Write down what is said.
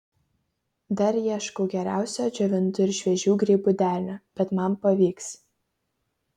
dar ieškau geriausio džiovintų ir šviežių grybų derinio bet man pavyks